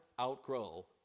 outgrow